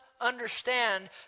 understand